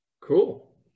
cool